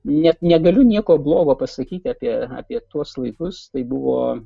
net negaliu nieko blogo pasakyti apie apie tuos laikus tai buvo